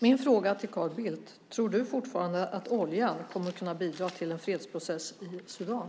Min fråga till Carl Bildt är: Tror du fortfarande att oljan kommer att kunna bidra till en fredsprocess i Sudan?